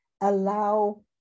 allow